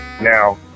Now